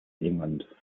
england